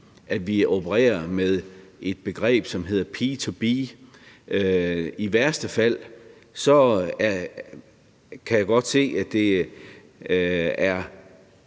at vi opererer med et begreb, som hedder P2B. I værste fald kan jeg godt se, at det